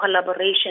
collaboration